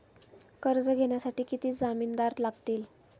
कर्ज घेण्यासाठी किती जामिनदार लागतील?